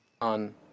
on